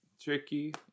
tricky